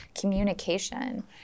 communication